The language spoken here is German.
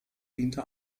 diente